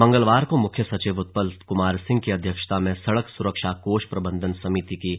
मंगलवार को मुख्य सचिव उत्पल कुमार सिंह की अध्यक्षता में सड़क सुरक्षा कोष प्रबन्धन समिति की